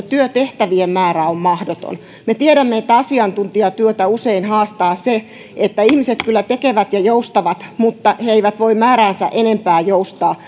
työtehtävien määrä on mahdoton me tiedämme että asiantuntijatyötä usein haastaa se että ihmiset kyllä tekevät ja joustavat mutta he eivät voi määräänsä enempää joustaa